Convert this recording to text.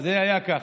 זה היה כך.